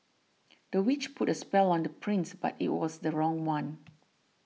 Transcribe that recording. the witch put a spell on the prince but it was the wrong one